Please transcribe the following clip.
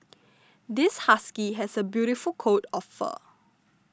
this husky has a beautiful coat of fur